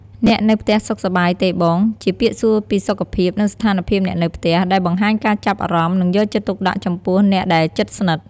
អ្នកនៅផ្ទះសុខសប្បាយទេបង? ជាពាក្យសួរពីសុខភាព និងស្ថានភាពអ្នកនៅផ្ទះ ដែលបង្ហាញការចាប់អារម្មណ៍ និងយកចិត្តទុកដាក់ចំពោះអ្នកដែលជិតស្និទ្ធ។